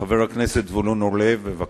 חבר הכנסת זבולון אורלב, בבקשה.